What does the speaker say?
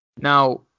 Now